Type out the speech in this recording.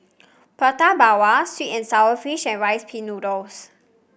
Prata Bawang Sweet and sour fish and Rice Pin Noodles